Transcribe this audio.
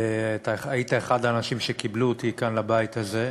היית אחד האנשים שקיבלו אותי כאן לבית הזה.